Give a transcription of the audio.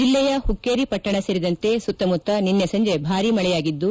ಜಿಲ್ಲೆಯ ಹುಕ್ಕೇರಿ ಪಟ್ಟಣ ಸೇರಿದಂತೆ ಸುತ್ತ ಮುತ್ತ ನಿನ್ನೆ ಸಂಜೆ ಭಾರಿ ಮಳೆಯಾಗಿದ್ದು